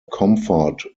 comfort